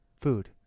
food